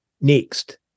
next